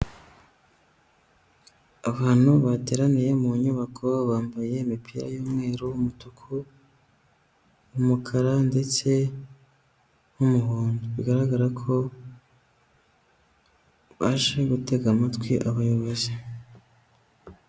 Abantu bateraniye mu nyubako bambaye imipira y'umweru, umutuku, umukara ndetse n'umuhondo bigaragara ko baje gutega amatwi abayobozi.